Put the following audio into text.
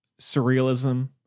surrealism